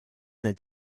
nel